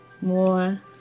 more